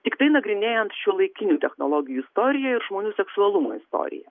tiktai nagrinėjant šiuolaikinių technologijų istoriją ir žmonių seksualumo istoriją